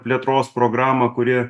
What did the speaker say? plėtros programą kuri